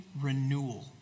renewal